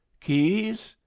keys?